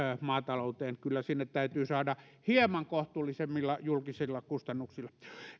maatalouteen kyllä sinne täytyy saada työvoimaa hieman kohtuullisemmilla julkisilla kustannuksilla